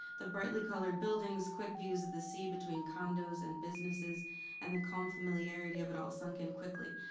the brightly colored buildings, quick views of the sea between condos and businesses and the calm familiarity of it all sunk in quickly.